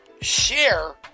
share